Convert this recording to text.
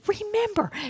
Remember